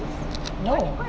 no